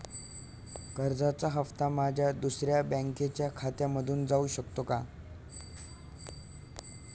कर्जाचा हप्ता माझ्या दुसऱ्या बँकेच्या खात्यामधून जाऊ शकतो का?